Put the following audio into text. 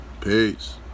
Peace